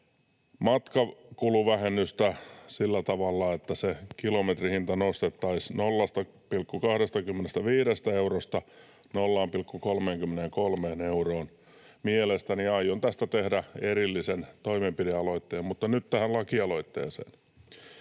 matkakuluvähennystä sillä tavalla, että se kilometrihinta nostettaisiin 0,25 eurosta 0,33 euroon. Aion tästä tehdä erillisen toimenpide-aloitteen. Mutta nyt tähän lakialoitteeseen.